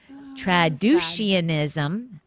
Traducianism